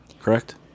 correct